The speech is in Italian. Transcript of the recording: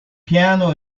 piano